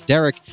Derek